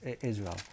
israel